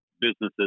businesses